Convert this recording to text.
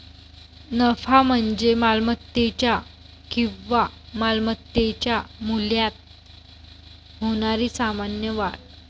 नफा म्हणजे मालमत्तेच्या किंवा मालमत्तेच्या मूल्यात होणारी सामान्य वाढ